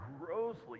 grossly